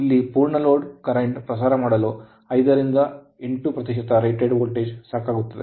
ಇಲ್ಲಿ ಪೂರ್ಣ load current ಪ್ರವಾಹವನ್ನು ಪ್ರಸಾರ ಮಾಡಲು 5 ರಿಂದ 8 ಪ್ರತಿಶತ ರೇಟೆಡ್ ವೋಲ್ಟೇಜ್ ಸಾಕಾಗುತ್ತದೆ